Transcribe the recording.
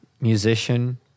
musician